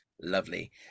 lovely